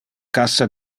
cassa